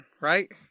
right